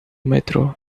metrô